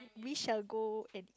we shall go and